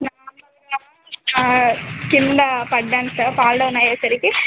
నార్మల్గా కింద పడ్డాను సార్ ఫాల్ డౌన్ అయ్యే సరికి